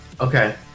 Okay